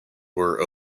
were